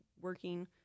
working